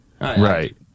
Right